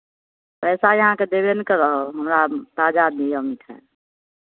पैसा यए अहाँकेँ देबे ने करब हमरा ताजा दिअ मिठाइ